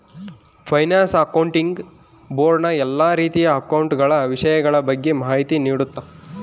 finance accounting board ನ ಎಲ್ಲಾ ರೀತಿಯ ಅಕೌಂಟ ಗಳ ವಿಷಯಗಳ ಬಗ್ಗೆ ಮಾಹಿತಿ ನೀಡುತ್ತ